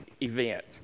event